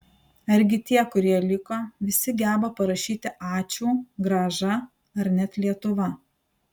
argi tie kurie liko visi geba parašyti ačiū grąža ar net lietuva